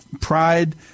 pride